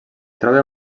troba